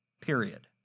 period